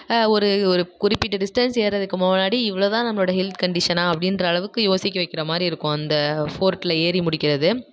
ஒரு ஒரு குறிப்பிட்ட டிஸ்டன்ஸ் ஏறுறதுக்கு முன்னாடி இவ்வளதான் நம்மளோட ஹெல்த் கண்டிஷனாக அப்படின்ற அளவுக்கு யோசிக்க வக்கிறாமாதிரி இருக்கும் இந்த ஃபோர்ட்டில் ஏறி முடிக்கிறது